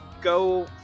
go